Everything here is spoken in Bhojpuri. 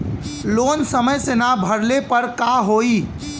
लोन समय से ना भरले पर का होयी?